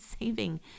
saving